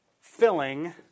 filling